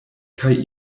kaj